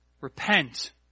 Repent